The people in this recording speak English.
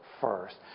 first